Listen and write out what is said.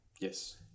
yes